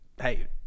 hey